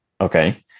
Okay